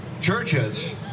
churches